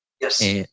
Yes